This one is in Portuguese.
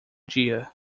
dia